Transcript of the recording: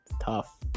Tough